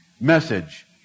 message